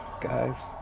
guys